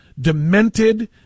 demented